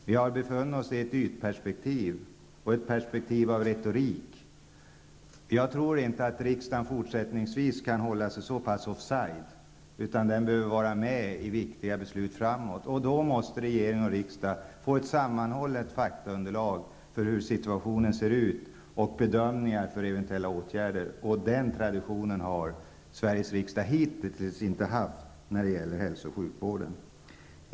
Vi har haft ett ytperspektiv och ett perspektiv av retorik. Jag tror inte att riksdagen fortsättningsvis kan hålla sig så pass offside, utan den behöver vara med i viktiga beslut framöver. Då måste regering och riksdag få ett sammanhållet faktaunderlag beträffande hur situationen ser ut, för att kunna göra bedömningar inför eventuella åtgärder. Den traditionen har Sveriges riksdag hitintills inte haft när det gäller hälso och sjukvården.